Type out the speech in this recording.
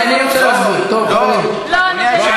אנחנו מבקשים --- לא דנו.